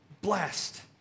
blessed